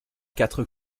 quatre